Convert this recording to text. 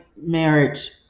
marriage